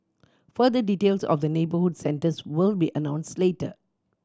further details of the neighbourhood centres will be announced later